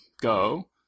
go